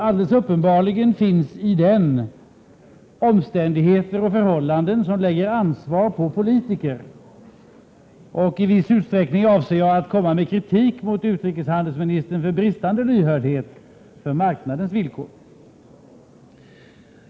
Alldeles uppenbart finns i den omständigheter och förhållanden som innebär att det läggs ansvar på politiker, och i viss utsträckning avser jag att framföra kritik mot utrikeshandelsministern för bristande lyhördhet för marknadens villkor.